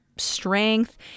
strength